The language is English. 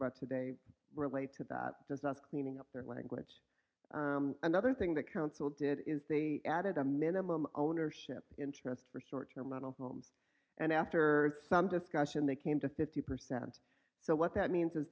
about today relate to that as a cleaning up their language another thing that council did is they added a minimum ownership interest for short term model homes and after some discussion they came to fifty percent so what that means